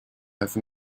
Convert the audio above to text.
have